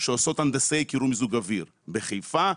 שעושות הנדסאי קירור ומיזוג אוויר בחיפה,